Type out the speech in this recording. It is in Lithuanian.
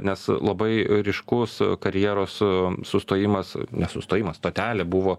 nes labai ryškus karjeros sustojimas ne sustojimas stotelė buvo